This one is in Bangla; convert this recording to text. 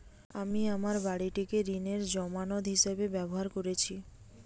আমি আমার বাড়িটিকে ঋণের জামানত হিসাবে ব্যবহার করেছি